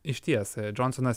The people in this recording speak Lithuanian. išties džonsonas